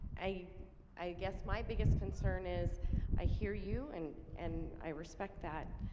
i i guess my biggest concern is i hear you and and i respect that